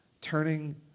turning